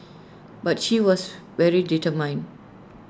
but she was very determined